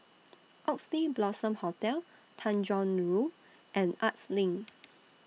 Oxley Blossom Hotel Tanjong Rhu and Arts LINK